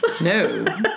No